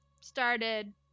started